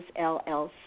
LLC